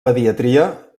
pediatria